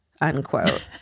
unquote